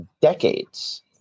decades